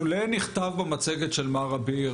לולא נכתב במצגת של מר אביר